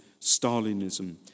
Stalinism